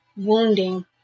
wounding